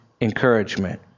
encouragement